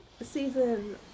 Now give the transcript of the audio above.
season